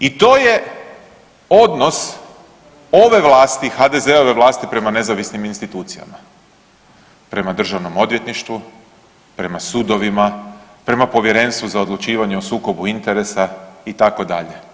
I to je odnos ove vlasti, HDZ-ove vlasti prema nezavisnim institucijama, prema Državnom odvjetništvu, prema sudovima, prema Povjerenstvu za odlučivanje o sukobu interesa itd.